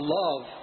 love